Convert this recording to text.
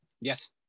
Yes